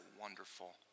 wonderful